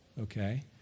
okay